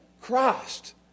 Christ